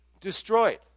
destroyed